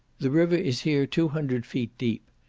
the river is here two hundred feet deep.